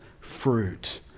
fruit